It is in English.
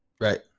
Right